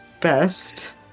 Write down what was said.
best